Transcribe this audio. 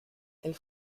elle